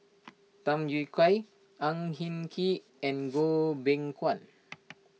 Tham Yui Kai Ang Hin Kee and Goh Beng Kwan